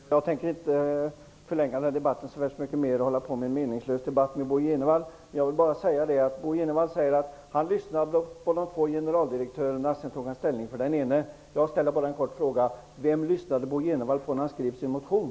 Herr talman! Jag avser inte att förlänga debatten särskilt mycket mera genom att föra en meningslös debatt med Bo G Jenevall. Bo G Jenevall säger att han har lyssnat på de två generaldirektörerna och att han därefter tog ställning för den ene. Men vem lyssnade Bo G Jenevall på när han skrev sin motion?